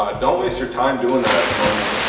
don't waste your time doing that at the moment.